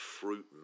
Fruit